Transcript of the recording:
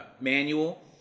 manual